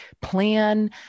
plan